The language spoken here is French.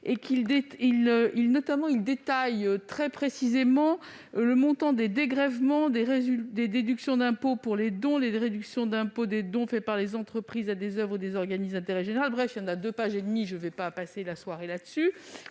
Il détaille très précisément le montant des dégrèvements, des déductions d'impôt pour les dons, notamment ceux faits par les entreprises à des oeuvres ou des organismes d'intérêt général. Bref, il y en a deux pages et demie très détaillées, donc je ne vais pas passer la soirée là-dessus.